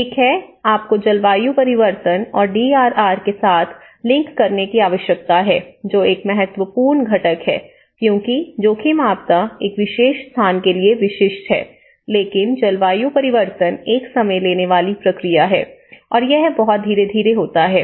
एक है आपको जलवायु परिवर्तन और डी आर आर के साथ लिंक करने की आवश्यकता है जो एक महत्वपूर्ण घटक है क्योंकि जोखिम आपदा एक विशेष स्थान के लिए विशिष्ट है लेकिन जलवायु परिवर्तन एक समय लेने वाली प्रक्रिया है और यह बहुत धीरे धीरे होता है